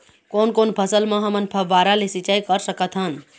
कोन कोन फसल म हमन फव्वारा ले सिचाई कर सकत हन?